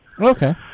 Okay